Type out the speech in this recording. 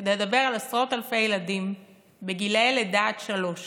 כדי לדבר על עשרות אלפי ילדים בגילאי לידה עד שלוש